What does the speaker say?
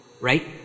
right